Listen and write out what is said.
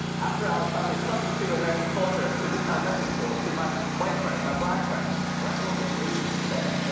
after i was finally accustomed to american culture, to this elementary school, to my white friends, my black friends. there actually wasn't any asian people there.